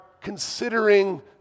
considering